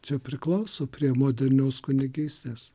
čia priklauso prie modernios kunigystės